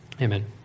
Amen